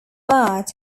bad